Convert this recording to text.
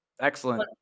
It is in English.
excellent